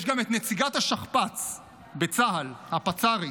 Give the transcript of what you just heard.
יש גם את נציגת השכפ"ץ בצה"ל, הפצ"רית,